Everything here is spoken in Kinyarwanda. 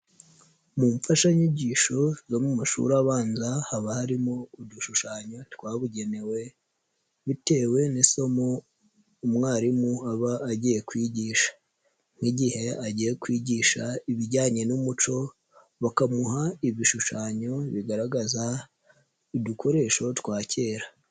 Mu mfashanyigisho zo mu mashuri abanza haba harimo udushushanyo twabugenewe bitewe n'isomo umwarimu aba agiye kwigisha, nk'igihe agiye kwigisha ibijyanye n'umuco bakamuha ibishushanyo bigaragaza udukoresho twa kera.